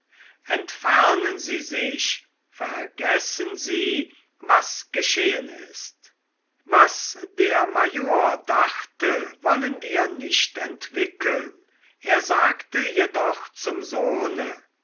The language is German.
entfernen sie sich vergessen sie was geschehen ist was der major dachte wollen wir nicht entwickeln er sagte jedoch zum